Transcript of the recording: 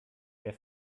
der